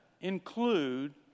include